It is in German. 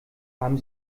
haben